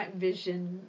vision